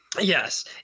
Yes